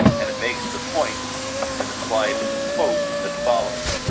and it makes the point in the slide in the quote that follows,